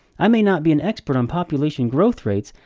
i may not be an expert on population growth rates,